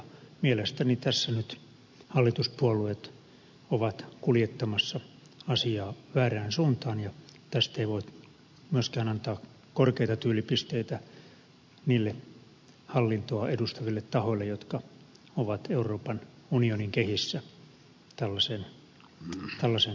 mielestäni tässä nyt hallituspuolueet ovat kuljettamassa asiaa väärään suuntaan ja tästä ei voi myöskään antaa korkeita tyylipisteitä niille hallintoa edustaville tahoille jotka ovat euroopan unionin kehissä tällaiseen tulokseen päätyneet